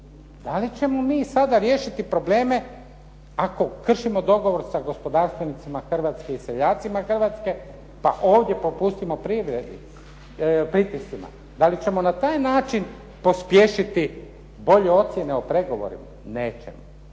Da li ćemo mi sada riješiti probleme ako kršimo dogovor sa gospodarstvenicima hrvatskim i seljacima Hrvatske pa ovdje popustimo pritiscima. Da li ćemo na taj način pospješiti bolje ocjene o pregovorima? Nećemo.